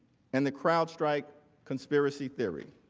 and the crowdstrike conspiracy theory.